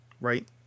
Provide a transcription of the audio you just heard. right